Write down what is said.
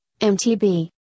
MTB